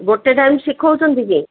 ଗୋଟେ ଟାଇମ୍ ଶିଖଉଛନ୍ତି କି